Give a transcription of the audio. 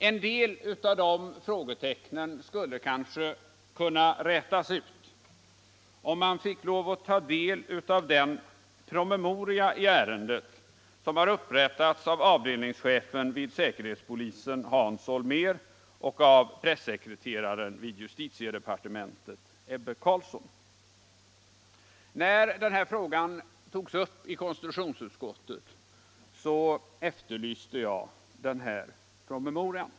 En del av frågetecknen skulle kanske kunna rätas ut, om man fick lov att ta del av den promemoria i ärendet som upprättats av avdelningschefen vid säkerhetspolisen Hans Holmér och pressekreteraren vid justitiedepartementet Ebbe Carlsson. När denna fråga togs upp i konstitutionsutskottet efterlyste jag den promemorian.